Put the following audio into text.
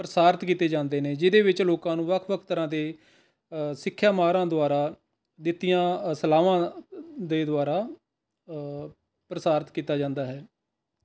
ਪ੍ਰਸਾਰਿਤ ਕੀਤੇ ਜਾਂਦੇ ਨੇ ਜਿਹਦੇ ਵਿੱਚ ਲੋਕਾਂ ਨੂੰ ਵੱਖ ਵੱਖ ਤਰ੍ਹਾਂ ਦੇ ਸਿੱਖਿਆ ਮਾਹਿਰਾਂ ਦੁਆਰਾ ਦਿੱਤੀਆਂ ਸਲਾਹਾਵਾਂ ਦੇ ਦੁਆਰਾ ਪ੍ਰਸਾਰਿਤ ਕੀਤਾ ਜਾਂਦਾ ਹੈ